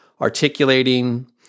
articulating